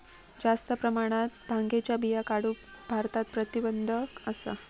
जास्त प्रमाणात भांगेच्या बिया काढूक भारतात प्रतिबंध असा